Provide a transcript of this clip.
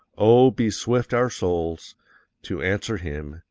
oh, be swift our souls to answer him,